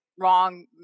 wrong